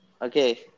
Okay